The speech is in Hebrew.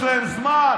יש להם זמן,